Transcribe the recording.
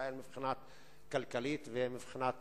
לישראל מבחינה כלכלית ומבחינת